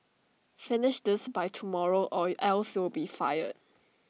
finish this by tomorrow or else you'll be fired